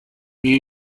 new